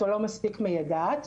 או לא מספיק מיידעת.